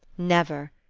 never!